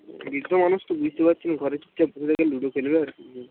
বৃদ্ধ মানুষ তো বুঝতে পারছেন ঘরে চুপচাপ বসে লুডো খেলবে আর কি